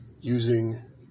using